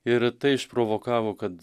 ir tai išprovokavo kad